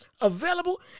available